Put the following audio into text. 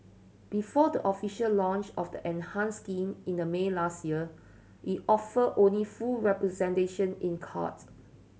before the official launch of the enhanced scheme in the May last year it offered only full representation in court